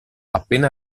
appena